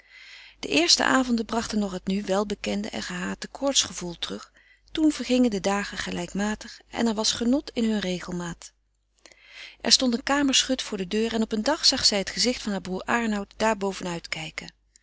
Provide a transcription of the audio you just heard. de eerste avonden brachten nog het nu welbekende en gehate koortsgevoel terug toen vergingen de dagen gelijkmatig en er was genot in hun regelmaat er frederik van eeden van de koele meren des doods stond een kamerschut voor de deur en op een dag zag zij het gezicht van haar broer aernout daar boven uitkijken